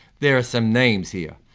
there are some names here.